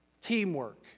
teamwork